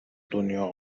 دنیا